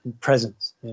presence